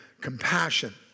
compassion